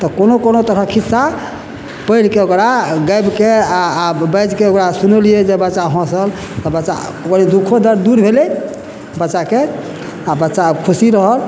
तऽ कोनो कोनो तरहक खिस्सा पढ़िके ओकरा गाबिके आ बाजिके ओकरा सुनेलियै जे बच्चा हँसल तऽ बच्चा बड़ी दुःखो दर्द दूर भेलै बच्चाके आ बच्चा खुशी रहल